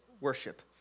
worship